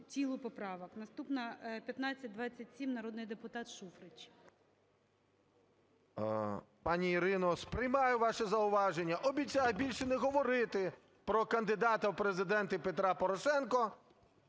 тілу поправок. Наступна – 1527, народний депутат Шуфрич. 10:54:02 ШУФРИЧ Н.І. Пані Ірино, сприймаю ваше зауваження, обіцяю більше не говорити про кандидата в Президента Петра Порошенка,